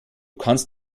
kannst